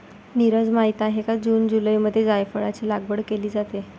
नीरज माहित आहे का जून जुलैमध्ये जायफळाची लागवड केली जाते